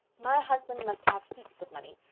my husband must have heaps of money.